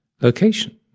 location